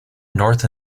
north